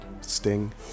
Sting